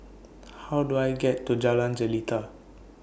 How Do I get to Jalan Jelita